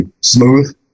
smooth